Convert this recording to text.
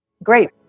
Great